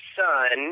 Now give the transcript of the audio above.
son